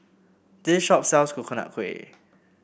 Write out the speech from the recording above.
this shop sells Coconut Kuih